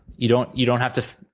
you don't you don't have to